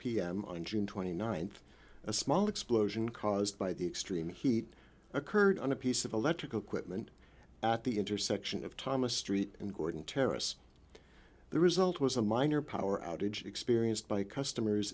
pm on june twenty ninth a small explosion caused by the extreme heat occurred on a piece of electrical equipment at the intersection of thomas street and gordon terrace the result was a minor power outage experienced by customers